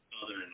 southern